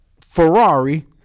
Ferrari